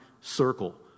circle